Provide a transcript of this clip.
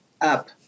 up